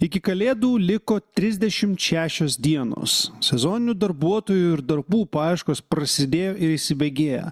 iki kalėdų liko trisdešimt šešios dienos sezoninių darbuotojų ir darbų paieškos prasidėjo ir įsibėgėja